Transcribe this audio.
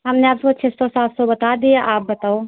हमने आपको छः सौ सात सौ बता दिया आप बताओ